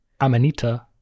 amanita